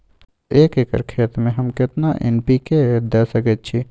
एक एकर खेत में हम केतना एन.पी.के द सकेत छी?